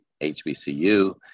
HBCU